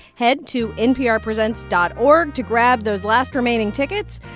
head to nprpresents dot org to grab those last remaining tickets.